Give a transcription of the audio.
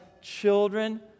children